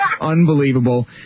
Unbelievable